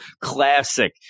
Classic